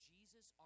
Jesus